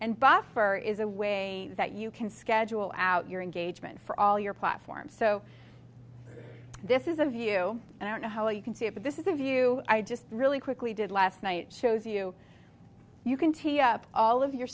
and buffer is a way that you can schedule out your engagement for all your platforms so this is a view and i don't know how you can see it but this is a view i just really quickly did last night shows you you can take up all of your